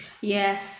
yes